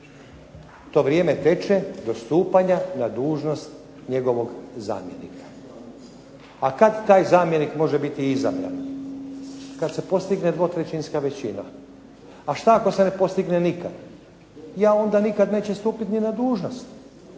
To vrijeme teče do stupanja na dužnost njegovog zamjenika. A kad taj zamjenik može biti izabran? Kad se postigne dvotrećinska većina. A šta ako se ne postigne nikad? Je, onda nikad neće stupiti ni na dužnost.